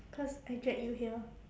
cause I drag you here